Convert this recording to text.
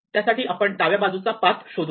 त्यासाठी आपण डाव्या बाजूचा पाथ शोधु